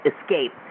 escape